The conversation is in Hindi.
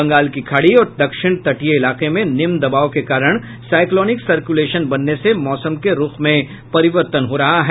बंगाल की खाड़ी और दक्षिण तटीय इलाके में निम्न दबाव के कारण साईक्लोनिक सर्कुलेशन बनने से मौसम के रूख में परिवर्तन हो रहा है